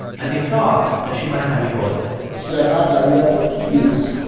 and they thought that she might have ebola she had had diarrhea for two days,